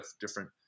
different